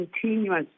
continuous